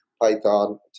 Python